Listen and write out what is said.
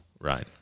Right